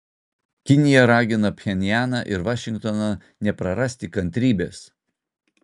kinija ragina pchenjaną ir vašingtoną neprarasti kantrybės